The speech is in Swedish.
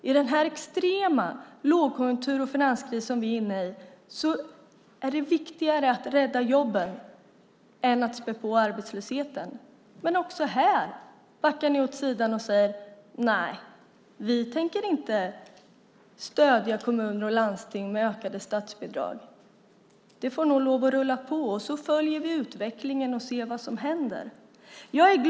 I den här extrema lågkonjunkturen och finanskrisen, som vi är inne i, är det viktigare att rädda jobben än att spä på arbetslösheten. Men också här kliver ni åt sidan och säger: Nej, vi tänker inte stödja kommuner och landsting med ökade statbidrag. Det får nog lov att rulla på, och så följer vi utvecklingen och ser vad som händer.